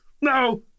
no